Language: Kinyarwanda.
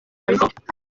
mbere